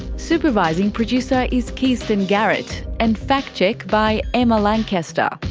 supervising producer is kirsten garrett, and fact check by emma lancaster,